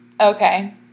Okay